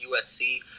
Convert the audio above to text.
USC